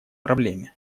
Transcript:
проблеме